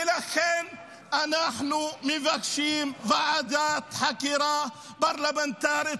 ולכן אנחנו מבקשים ועדת חקירה פרלמנטרית,